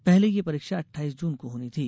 पहले ये परीक्षा अट्ठाईस जून को होनी थी